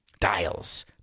dials